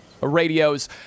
Radio's